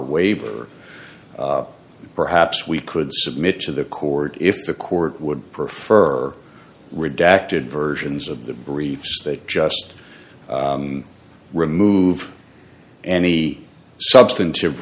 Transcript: waiver perhaps we could submit to the court if the court would prefer redacted versions of the briefs that just remove any substantive